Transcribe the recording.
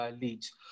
leads